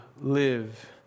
live